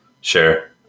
Sure